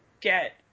get